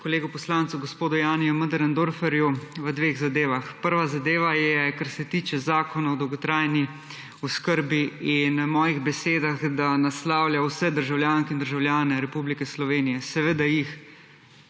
kolegu poslancu gospodu Janiju Möderndorferju v dveh zadevah. Prva zadeva je, kar se tiče zakona o dolgotrajni oskrbi in mojih besedah, da naslavlja vse državljanke in državljane Republike Slovenije. Seveda jih.